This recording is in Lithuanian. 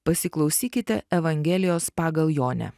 pasiklausykite evangelijos pagal jonę